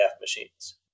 machines